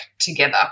together